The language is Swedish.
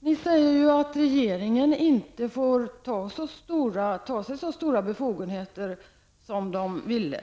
Ni säger att regeringen inte får ta sig så stora befogenheter som man vill.